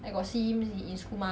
advice ah